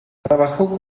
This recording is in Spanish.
trabajó